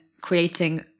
creating